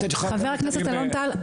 חבר הכנסת אלון טל,